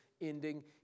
ending